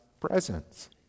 presence